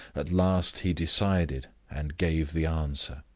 at last he decided, and gave the answer.